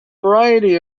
variety